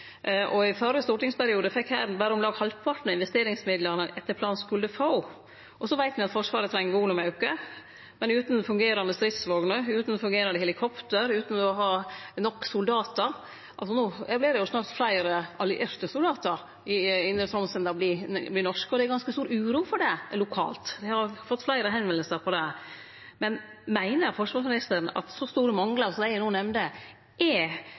gang. I førre stortingsperiode fekk Hæren berre om lag halvparten av investeringsmidlane ein etter planen skulle få. Me veit at Forsvaret treng volumauke, men utan fungerande stridsvogner, utan fungerande helikopter og utan å ha nok soldatar vert det snart fleire allierte soldatar i Indre Troms enn det er norske. Det er ganske stor uro rundt det lokalt. Det er fleire som har teke kontakt med oss om det. Meiner forsvarsministeren at så store manglar som dei eg no nemnde – når det gjeld heilt essensielt styre – er